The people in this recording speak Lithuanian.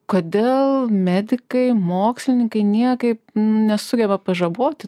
kodėl medikai mokslininkai niekaip nesugeba pažaboti